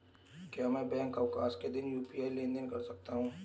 क्या मैं बैंक अवकाश के दिन यू.पी.आई लेनदेन कर सकता हूँ?